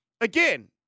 again